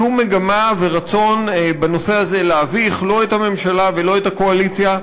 שום מגמה ורצון בנושא הזה להביך לא את הממשלה ולא את הקואליציה.